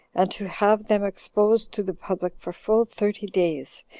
and to have them exposed to the public for full thirty days,